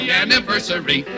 anniversary